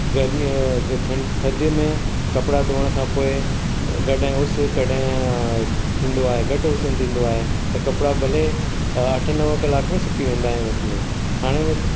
गरमीअ थदि में कपिड़ा धोयण खां पोइ अ कॾहिं उसु कॾहिं थींदो आहे घटि उसु थींदो आहे त कपिड़ा भले अ अठ नव कलाक में सुकि वेंदा आहिनि उसु में हाणे उहे